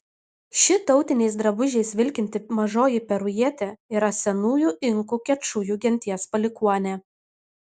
ši tautiniais drabužiais vilkinti mažoji perujietė yra senųjų inkų kečujų genties palikuonė